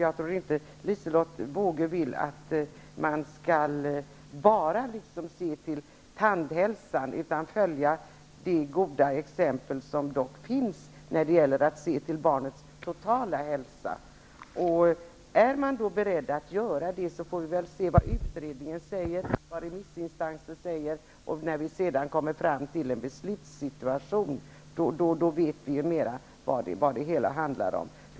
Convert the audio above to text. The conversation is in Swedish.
Jag tror inte att Liselotte Wågö vill att man skall se bara till tandhälsan, utan att hon vill att man skall följa det goda exempel som dock finns när det gäller att se till barnens totala hälsa. Är man beredd att göra det, får vi väl se vad utredningen och remissomgången säger. När vi kommer fram till en beslutssituation vet vi bättre vad det handlar om.